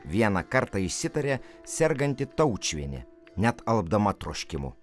vieną kartą išsitarė serganti taučiuvienė net alpdama troškimo